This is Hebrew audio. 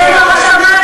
זה לא בשמים,